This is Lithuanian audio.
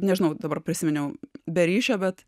nežinau dabar prisiminiau be ryšio bet